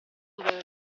doveva